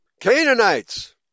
Canaanites